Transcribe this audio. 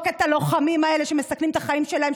לזרוק את הלוחמים האלה שמסכנים את החיים שלהם.